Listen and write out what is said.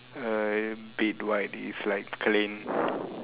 a bit white is like clean